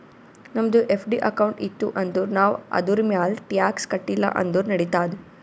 ನಮ್ದು FD account ಇತ್ತು ಅಂದುರ್ ನಾವ್ ಅದುರ್ಮ್ಯಾಲ್ ಟ್ಯಾಕ್ಸ್ ಕಟ್ಟಿಲ ಅಂದುರ್ ನಡಿತ್ತಾದ್